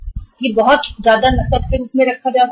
इतना नकद के रूप में रखा जा सकता है